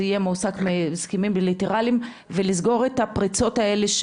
זה יהיה מועסק בהסכמים בליטרליים ולסגור את הפרצות האלה,